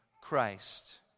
Christ